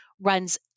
runs